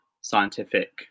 scientific